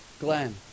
Glenn